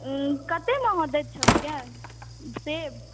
कतेकमे अहाँ दै छेलिए सेब